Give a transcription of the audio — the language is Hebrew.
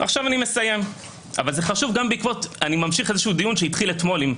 אני ממשיך דיון שהתחיל אתמול.